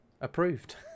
Approved